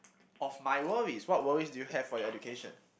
of my worries what worries do you have for your education